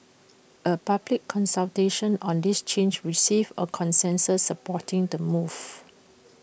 A public consultation on this change received A consensus supporting the move